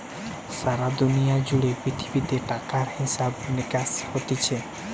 সারা দুনিয়া জুড়ে পৃথিবীতে টাকার হিসাব নিকাস হতিছে